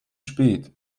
spät